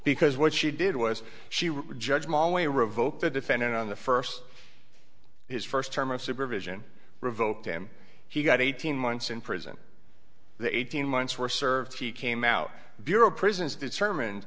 because what she did was she judged mol way revoke the defendant on the first his first term of supervision revoked and he got eighteen months in prison the eighteen months were served he came out bureau prisons determined